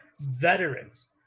veterans